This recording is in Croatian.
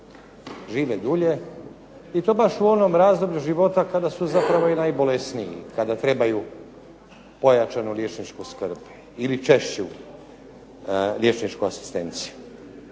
živi dulje i to baš u onom razdoblju života kada su zapravo i najbolesniji, kada trebaju pojačanu liječničku skrb ili češću liječničku asistenciju.